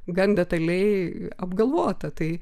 gan detaliai apgalvota tai